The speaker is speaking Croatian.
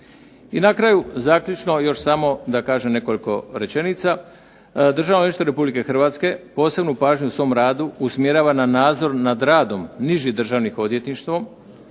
I na kraju zaključno još samo da kažem nekoliko rečenica. Državno odvjetništvo Republike Hrvatske posebnu pažnju u svom radu usmjerava na nadzor nad radom nižih državnim odvjetništvom,